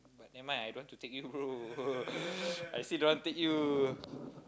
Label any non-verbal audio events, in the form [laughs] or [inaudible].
but never mind I don't want to take you bro [laughs] I still don't want to take you